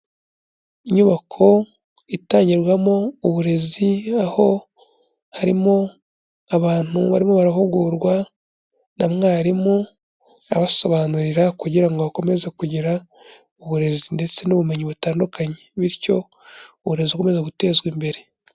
Inyubako itangirwamo uburezi aho harimo abantu barimo barahugurwa na mwarimu, abasobanurira kugira ngo bakomeze kugira uburezi ndetse n'ubumenyi butandukanye, bityo uburezi bukomeza gutezwa imbere.